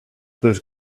those